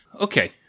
Okay